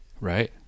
right